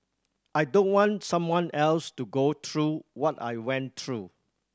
I don't want someone else to go through what I went through